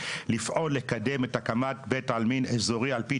לפעול לקדם את הקמת בית עלמין אזורי על פי